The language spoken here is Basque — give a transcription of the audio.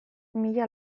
mila